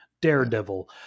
Daredevil